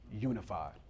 unified